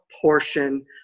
portion